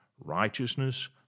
righteousness